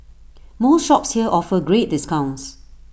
most shops here offer great discounts